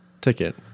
ticket